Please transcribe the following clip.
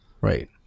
Right